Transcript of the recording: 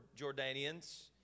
Jordanians